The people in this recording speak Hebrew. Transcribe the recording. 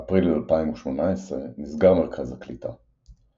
באפריל 2018 נסגר מרכז הקליטה.